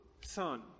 son